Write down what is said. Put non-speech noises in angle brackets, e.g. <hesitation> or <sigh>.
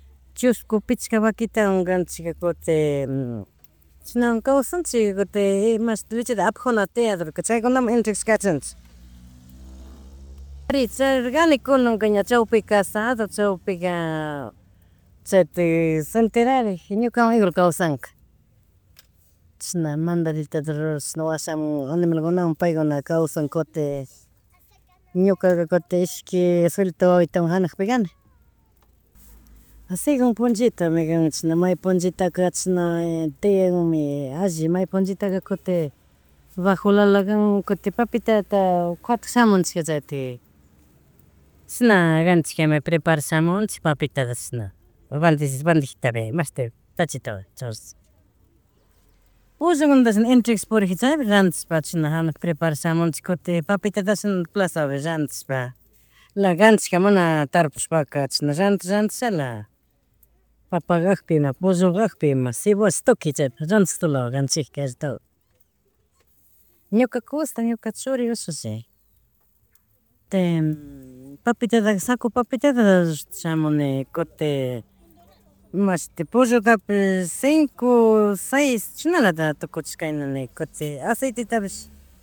Chusku pickcha vaquitawan kanchikja, kuntin <hesitation> chishnawan kawsanchik, kutik <hesitation> mashti lecheta apajuna tiadorkuna, chaykunamun entregash kachanchik. <noise> Ari charirkani kunanka chawpika casado, chaypika <hesitation> chaytik solterarik ñuka kawan igual kawsanka, chashna madaditota rurash washaman animalkunawan paykuna kwsan kutin, <noise> ñuka ka, ishki solito wawito hanakpi kanni. Segùn punchitami kan chishna may punllitaka chishna <hesitation> tianmi alli may punllitaka kuntin bajo lalakan, kutin papitata katushamunchik chaytik <noise> chishnakanchik may preparash shamunchik pipitatada, chashna <hesitation> bandejitapi <hesitation> mashti <unintelligible> churash. <noise> Pollokunash entregash puricji chaypi randishpa chishna hanakpi preparash shamunchik kuntik papitatadash palazavi chishna randishpa <noise> <unintelligible> mana tarpushpaka chishna randish randish shala <noise> papagakpi ima, pollogakpi ima cebollas tukuy chay randish solo ranchikka, kayratoka. Ñuka kusha, ñuka churi ushushi, <hesitation> kutin <hesitation> papitadaka saco papitata, shushtis samuni, kutin imashuti pollotapish cinco, seis, chashnalata tukuschih kaynane, kutin aceititapish <noise>